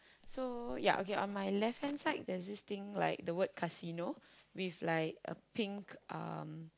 so ya okay on my left hand side there's this thing like the word casino with like a pink um